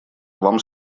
вам